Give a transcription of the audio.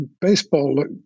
baseball